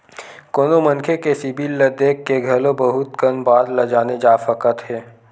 कोनो मनखे के सिबिल ल देख के घलो बहुत कन बात ल जाने जा सकत हे